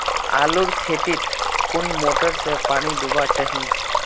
आलूर खेतीत कुन मोटर से पानी दुबा चही?